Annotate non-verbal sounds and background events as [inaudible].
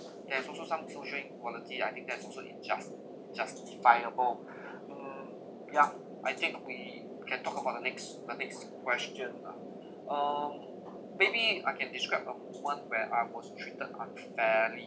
there is also some social inequality I think that is also injust~ unjustifiable [breath] uh yeah I think we we can talk about the next the next question lah um maybe I can describe a moment where I was treated unfairly